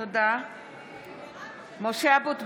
)קוראת בשמות חברי הכנסת( משה אבוטבול,